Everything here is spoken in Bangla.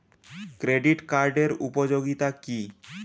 ক্রেডিট কার্ডের উপযোগিতা কি?